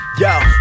Yo